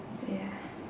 ya